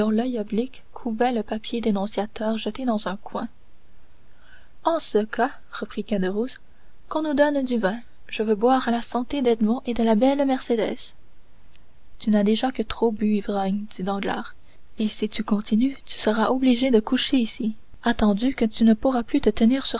couvait le papier dénonciateur jeté dans un coin en ce cas reprit caderousse qu'on nous donne du vin je veux boire à la santé d'edmond et de la belle mercédès tu n'as déjà que trop bu ivrogne dit danglars et si tu continues tu seras obligé de coucher ici attendu que tu ne pourras plus te tenir